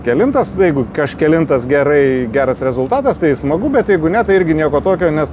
kelintas jeigu kažkelintas gerai geras rezultatas tai smagu bet jeigu ne tai irgi nieko tokio nes